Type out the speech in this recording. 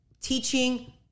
teaching